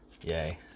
Yay